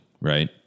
right